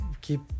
keep